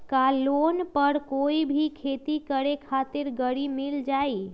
का लोन पर कोई भी खेती करें खातिर गरी मिल जाइ?